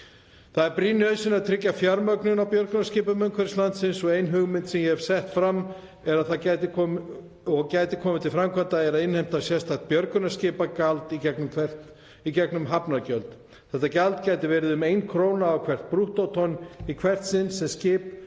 Það er brýn nauðsyn að tryggja fjármögnun á björgunarskipum umhverfis landið. Ein hugmynd sem gæti komið til framkvæmda er að innheimta sérstakt björgunarskipagjald í gegnum hafnargjöld. Þetta gjald gæti verið um 1 kr. á hvert brúttótonn í hvert sinn sem skip